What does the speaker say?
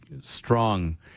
strong